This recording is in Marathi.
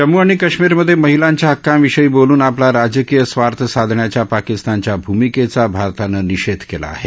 जम्मू आणि काश्मिर मध्ये महिलांच्या हक्कांविषयी बोलून आपला राजकीय स्वार्थ साधण्याच्या पाकिस्तानच्या भूमिकेचा भारताने निषेध केला आहे